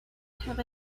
have